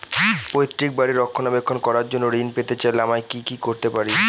পৈত্রিক বাড়ির রক্ষণাবেক্ষণ করার জন্য ঋণ পেতে চাইলে আমায় কি কী করতে পারি?